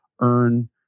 earn